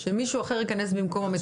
שמישהו אחר ייכנס במקום המטפל.